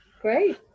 Great